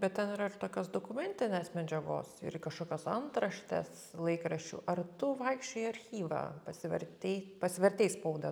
bet ten yra ir tokios dokumentinės medžiagos ir kažkokios antraštės laikraščių ar tu vaikščiojai į archyvą pasivartei pasivartei spaudą